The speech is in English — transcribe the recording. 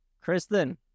Kristen